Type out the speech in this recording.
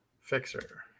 fixer